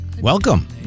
Welcome